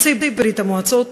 יוצאי ברית-המועצות,